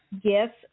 Yes